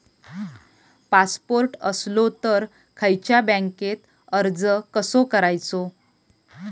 Passport असलो तर खयच्या बँकेत अर्ज कसो करायचो?